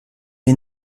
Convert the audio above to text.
est